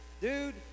dude